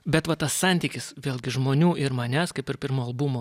bet va tas santykis vėlgi žmonių ir manęs kaip ir pirmo albumo